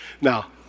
Now